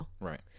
Right